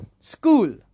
school